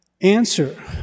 Answer